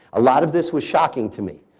a lot of this was shocking to me,